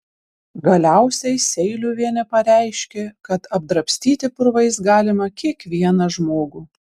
galiausiai seiliuvienė pareiškė kad apdrabstyti purvais galima kiekvieną žmogų